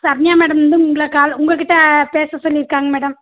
Saranya madam வந்து உங்களை call உங்கள்கிட்ட பேச சொல்லியிருக்காங்க மேடம்